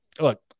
look